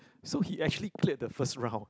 so he actually cleared the first round